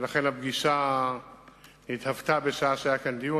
ולכן הפגישה נתהוותה בשעה שהיה כאן דיון.